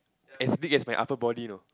as big as my upper body you know